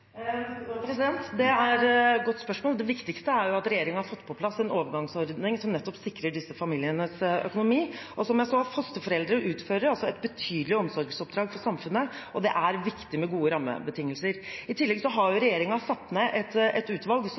det utredet? Det er et godt spørsmål. Det viktigste er jo at regjeringen har fått på plass en overgangsordning som nettopp sikrer disse familienes økonomi. Og som jeg sa: Fosterforeldre utfører et betydelig omsorgsoppdrag for samfunnet, og det er viktig med gode rammebetingelser. I tillegg har regjeringen satt ned et utvalg,